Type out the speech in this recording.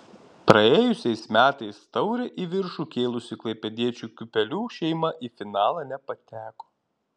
praėjusiais metais taurę į viršų kėlusi klaipėdiečių kiūpelių šeima į finalą nepateko